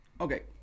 Okay